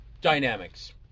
dynamics